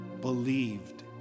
believed